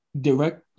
direct